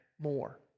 more